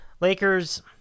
Lakers